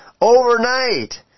overnight